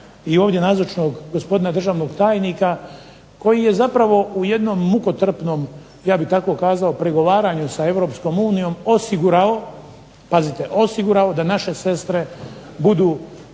i ovdje nazočnog gospodina državnog tajnika, koji je zapravo u jednom mukotrpnom ja bih tako kazao pregovaranju sa Europskom unijom osigurao, pazite osigurao da naše sestre budu